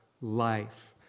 life